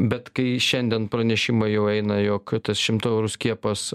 bet kai šiandien pranešimai jau eina jog tas šimto eurų skiepas